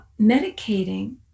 medicating